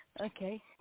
Okay